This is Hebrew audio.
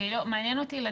מעניין אותי,